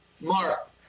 Mark